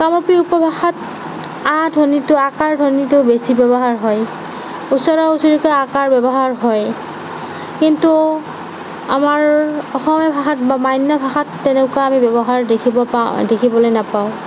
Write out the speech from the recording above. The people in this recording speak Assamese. কামৰূপী উপভাষাত আ ধ্বনিটো আ কাৰ ধ্বনিটো বেছি ব্যৱহাৰ হয় ওচৰা ওচৰিকৈ আ কাৰ ব্যৱহাৰ হয় কিন্তু আমাৰ অসমীয়া ভাষাত বা মান্য ভাষাত তেনেকুৱা আমি দেখিব পাওঁ দেখিবলৈ নাপাওঁ